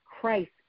Christ